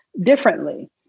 differently